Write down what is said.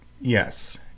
Yes